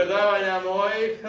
i